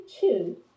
two